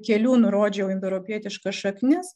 kelių nurodžiau indoeuropietiškas šaknis